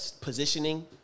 positioning